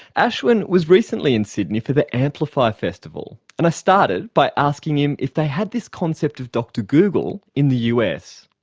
ashwin was recently in sydney for the amplify festival, and i started by asking him if they had this concept of dr google in the us.